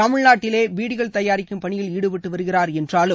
தமிழ்நாட்டிலே பீடிகள் தபாரிக்கும் பணியில் ஈடுபட்டு வருகிறார் என்றாலும்